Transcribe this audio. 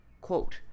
quote